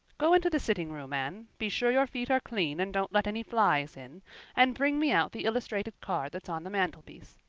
go into the sitting room, anne be sure your feet are clean and don't let any flies in and bring me out the illustrated card that's on the mantelpiece.